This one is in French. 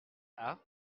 harpe